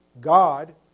God